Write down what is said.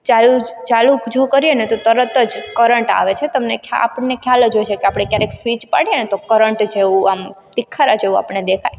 ચાલુ જો ચાલુ જો કરીએને તો તરત જ કરંટ આવે છે તમને ખ્યાલ આપણને ખ્યાલ જ હોય છે કે આપણે ક્યારેક સ્વિચ પાડીએ ને તો કરંટ જેવું આમ તીખારા જેવું આપને દેખાય